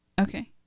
Okay